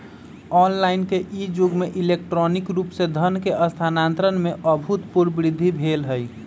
online के इ जुग में इलेक्ट्रॉनिक रूप से धन के स्थानान्तरण में अभूतपूर्व वृद्धि भेल हइ